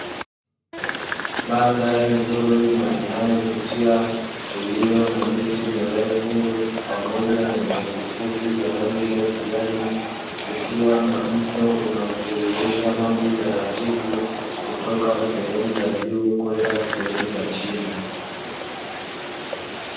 Mandhari nzuri na inayovutia, iliyo na miti (mirefu) pamoja na nyasi (fupi) za rangi ya kijani, kukiwa na mto unaotiririsha maji taratibu kutoka sehemu za juu kwenda sehemu za chini.